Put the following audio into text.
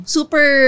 Super